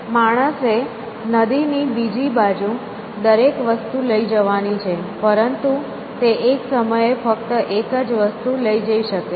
માણસે નદીની બીજી બાજુ દરેક વસ્તુ લઈ જવાની છે પરંતુ તે એક સમયે ફક્ત એક જ વસ્તુ લઈ જઈ શકે છે